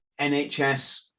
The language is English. nhs